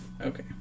Okay